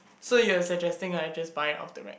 so you're suggesting that I just buy off the rack